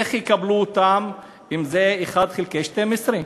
איך יקבלו אותם אם זה 1 חלקי 12?